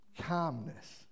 calmness